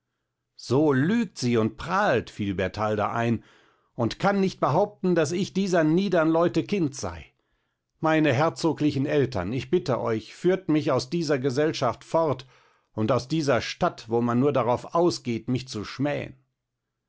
so lügt sie und prahlt fiel bertalda ein und kann nicht behaupten daß ich dieser niedern leute kind sei meine herzoglichen eltern ich bitte euch führt mich aus dieser gesellschaft fort und aus dieser stadt wo man nur darauf ausgeht mich zu schmähen